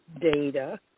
data